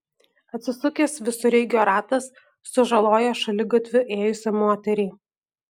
atsisukęs visureigio ratas sužalojo šaligatviu ėjusią moterį